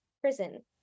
prison